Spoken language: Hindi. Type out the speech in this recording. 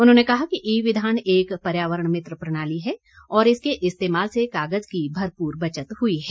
उन्होंने कहा कि ई विधान एक पर्यावरण मित्र प्रणाली है और इसके इस्तेमाल से कागज की भरपूर बचत हुई है